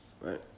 Right